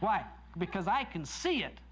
why because i can see it